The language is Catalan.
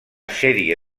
sèrie